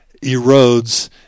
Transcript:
erodes